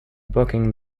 booking